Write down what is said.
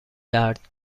درد